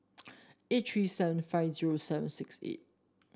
eight three seven five zero seven six eight